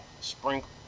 Sprinkle